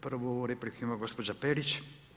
Prvu repliku ima gospođa Perić.